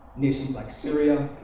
nations like syria,